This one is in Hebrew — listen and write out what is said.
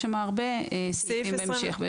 יש שם הרבה סעיפי המשך,